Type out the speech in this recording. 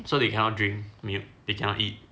so they cannot drink milk they cannot eat